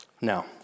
Now